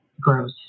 gross